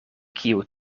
kiu